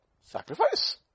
Sacrifice